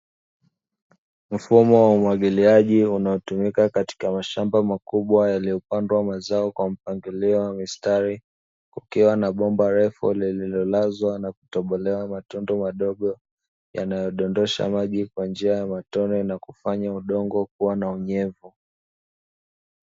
Mfumo wa umwagiliaji unaotumika katika mashamba makubwa yaliyopandwa mazao kwa mpangilio wa mistari, kukiwa na bomba refu lililolazwa na kutobolewa matundu madogo yanayodondosha maji kwa njia ya matone na kufanya udongo kuwa na unyevu.